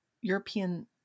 European